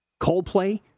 Coldplay